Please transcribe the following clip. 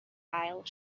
aisle